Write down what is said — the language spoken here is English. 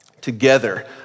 together